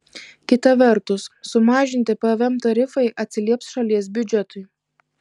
kita vertus sumažinti pvm tarifai atsilieps šalies biudžetui